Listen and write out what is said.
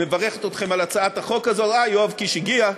מברכת אתכם על הצעת החוק הזאת, אה, יואב קיש הגיע,